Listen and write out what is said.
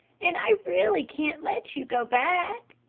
and i really can't let you go back!